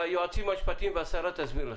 היועצים המשפטיים והשרה יסבירו לך.